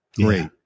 great